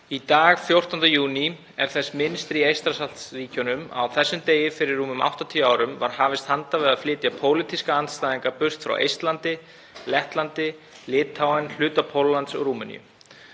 Í dag, 14. júní, er þess minnst í Eystrasaltsríkjunum að á þessum degi fyrir rúmum 80 árum var hafist handa við að flytja pólitíska andstæðinga burt frá Eistlandi, Lettlandi, Litháen, hluta Póllands og Rúmeníu.